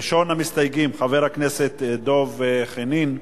ראשון המסתייגים, חבר הכנסת דב חנין.